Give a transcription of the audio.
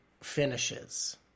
finishes